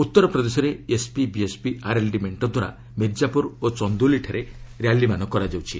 ଉତ୍ତର ପ୍ରଦେଶରେ SP BSP RLD ମେଣ୍ଟଦ୍ୱାରା ମିର୍କାପୁର ଓ ଚନ୍ଦୌଲିଠାରେ ର୍ୟାଲିମାନ କରାଯାଉଛି